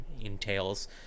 entails